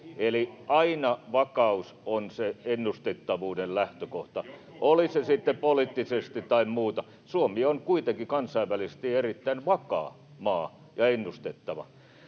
Eli aina vakaus on se ennustettavuuden lähtökohta, [Juha Mäenpään välihuuto] oli se sitten poliittisesti tai muuta. Suomi on kuitenkin kansainvälisesti erittäin vakaa ja ennustettava